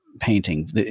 painting